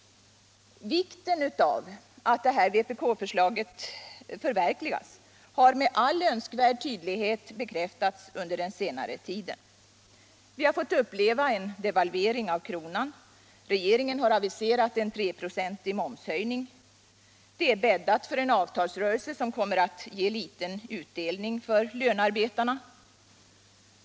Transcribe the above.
Vikten av att dessa vpk-förslag förverkligas har med all önskvärd tydlighet bekräftats under den senare tiden. Vi har fått uppleva en devalvering av kronan, regeringen har aviserat en treprocentig momshöjning. Det är bäddat för en avtalsrörelse som kommer att ge liten utdelning för lönearbetarna.